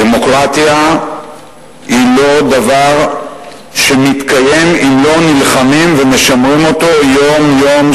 דמוקרטיה היא לא דבר שמתקיים אם לא נלחמים ומשמרים אותו יום-יום,